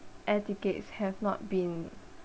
air tickets have not been